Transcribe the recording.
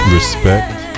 Respect